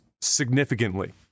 significantly